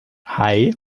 hei